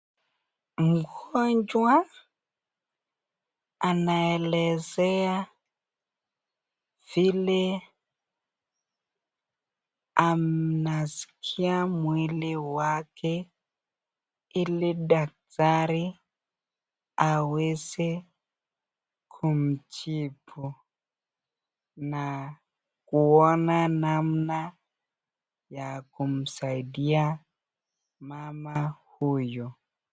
Mgonjwa anelasaa vile anasikia mwili yake hili daktari awese kumtibu na kuona namna ya kusaidia mama huyu.